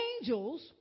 angels